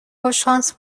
خوششانس